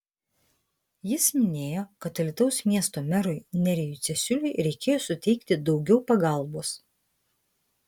jis minėjo kad alytaus miesto merui nerijui cesiuliui reikėjo suteikti daugiau pagalbos